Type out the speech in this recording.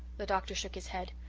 the doctor shook his head.